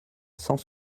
cent